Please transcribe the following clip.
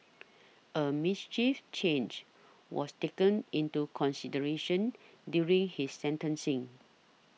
a mischief change was taken into consideration during his sentencing